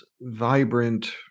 vibrant